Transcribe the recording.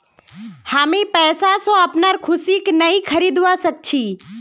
हामी पैसा स अपनार खुशीक नइ खरीदवा सख छि